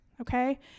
Okay